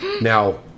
Now